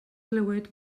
glywed